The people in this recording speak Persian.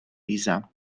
ریزم